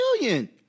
billion